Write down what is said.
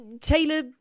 taylor